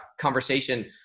conversation